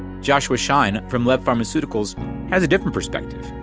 joshua schein from lev pharmaceuticals has a different perspective.